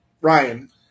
Ryan